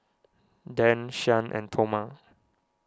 Dan Shyann and Toma